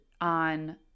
on